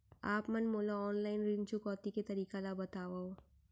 आप मन मोला ऑनलाइन ऋण चुकौती के तरीका ल बतावव?